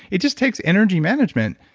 it just takes energy management.